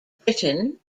britain